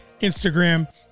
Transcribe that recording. Instagram